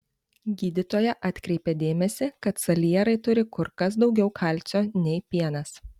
gydytoja atkreipė dėmesį kad salierai turi kur kas daugiau kalcio nei pienas